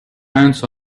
ants